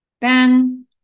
Ben